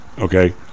Okay